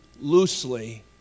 loosely